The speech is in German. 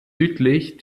südlich